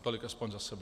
Tolik aspoň za sebe.